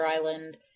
Island